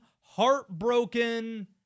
heartbroken